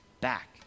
back